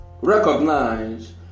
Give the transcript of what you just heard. Recognize